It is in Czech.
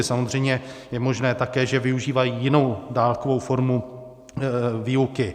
Samozřejmě je možné také, že využívají jinou dálkovou formu výuky.